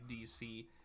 DC